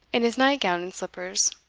in his night-gown and slippers.